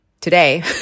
today